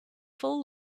full